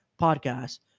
podcast